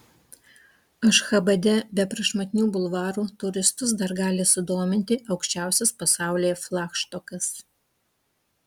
ašchabade be prašmatnių bulvarų turistus dar gali sudominti aukščiausias pasaulyje flagštokas